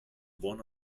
buon